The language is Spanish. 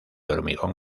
hormigón